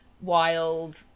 wild